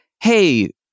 Hey